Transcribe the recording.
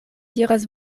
diras